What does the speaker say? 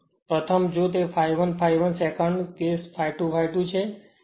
પ્રથમ કેસ જો તે ∅1 ∅1 સેકન્ડ કેસ ∅2 ∅2 છે